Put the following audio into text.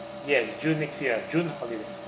yes june next year june holiday